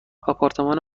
آپارتمان